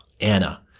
Anna